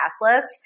list